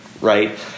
right